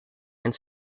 and